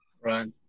right